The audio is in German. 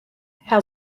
herr